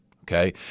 okay